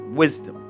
wisdom